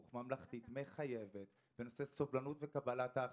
ממלכתית מחייבת בנושא סובלנות וקבלת מענה,